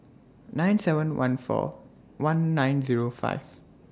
nine seven one four one nine Zero five